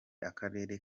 akarere